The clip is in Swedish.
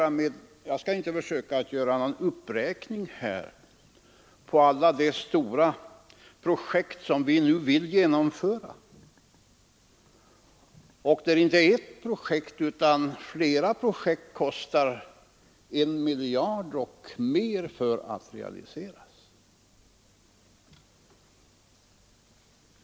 Jag skall inte försöka göra någon uppräkning av alla de stora projekt som vi nu vill genomföra, men flera av dessa projekt kostar mer än 1 miljard kronor för att realiseras.